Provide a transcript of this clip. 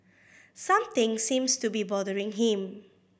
something seems to be bothering him